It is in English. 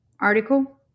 article